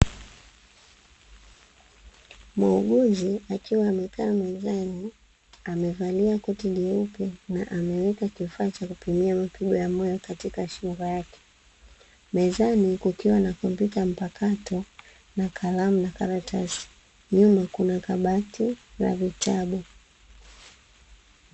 Muuguzi akiwa amekaa mezani, amevalia koti jeupe na ameweka kifaa cha kupimia mapigo ya moyo katika shingo yake. Mezani kukiwa na kompyuta mpakato, na kalamu na karatasi. Nyuma kuna kabati la vitabu.